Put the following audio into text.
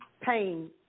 pain